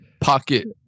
Pocket